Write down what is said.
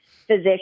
physician